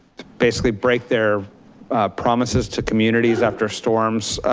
basically break their promises to communities after storms